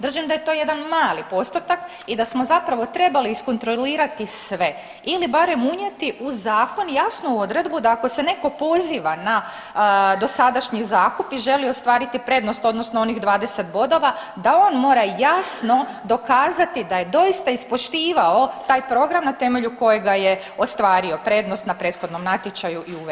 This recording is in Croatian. Držim da je to jedan mali postotak i da smo zapravo trebali iskontrolirati sve ili barem unijeti u zakon jasnu odredbu da ako se netko poziva na dosadašnji zakup i želi ostvariti prednost odnosno onih 20 bodova da on mora jasno dokazati da je doista ispoštivao taj program na temelju kojega je ostvario prednost na prethodnom natječaju i uveden u posjed.